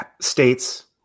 states